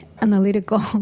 analytical